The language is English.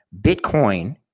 Bitcoin